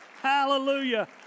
Hallelujah